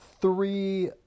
Three